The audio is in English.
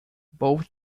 both